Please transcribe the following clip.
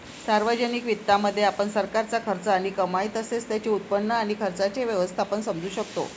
सार्वजनिक वित्तामध्ये, आपण सरकारचा खर्च आणि कमाई तसेच त्याचे उत्पन्न आणि खर्चाचे व्यवस्थापन समजू शकतो